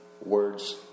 words